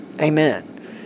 Amen